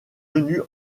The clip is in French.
venues